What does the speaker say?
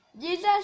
Jesus